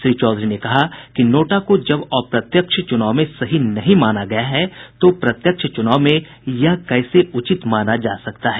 श्री चौधरी ने कहा कि नोटा को जब अप्रत्यक्ष चुनाव में सही नहीं माना गया है तो प्रत्यक्ष चुनाव में यह कैसे उचित माना जा सकता है